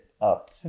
up